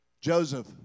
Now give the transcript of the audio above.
Joseph